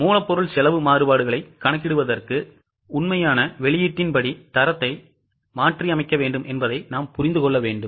மூலப்பொருள் செலவு மாறுபாடுகளைக் கணக்கிடுவதற்கு உண்மையானவெளியீட்டின்படி தரத்தை மாற்றியமைக்க வேண்டும் என்பதை நாம் புரிந்து கொள்ள வேண்டும்